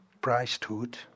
priesthood